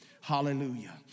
Hallelujah